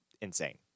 insane